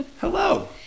hello